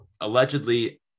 allegedly